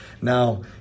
Now